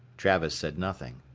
travis said nothing.